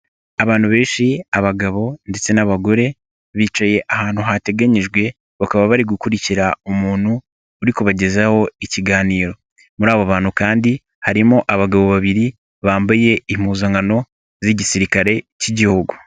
Abantu benshi abagabo ndetse n'abagore, bicaye ahantu hateganyijwe bakaba bari gukurikira umuntu uri kubagezaho ikiganiro. Muri abo bantu kandi harimo abagabo babiri bambuye impuzankano z'igisirikare k'Igihugu.